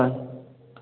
হয়